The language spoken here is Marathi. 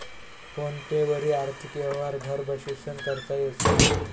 फोन पे वरी आर्थिक यवहार घर बशीसन करता येस